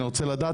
ואני רוצה לדעת,